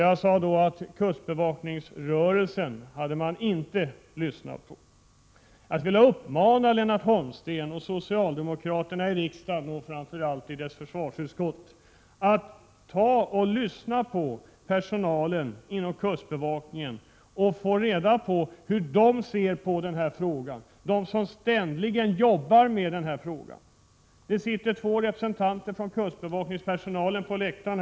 Jag sade att socialdemokraterna inte hade lyssnat på kustbevakningsrörelsen och jag vill uppmana Lennart Holmsten och övriga socialdemokrater i riksdagen — framför allt dess försvarsutskott — att lyssna på personalen inom kustbevakningen och ta reda på hur de ser på denna fråga, de som ständigt jobbar med den. Det sitter två representanter för kustbevakningspersonalen på läktaren.